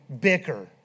bicker